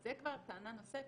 זו כבר טענה נוספת,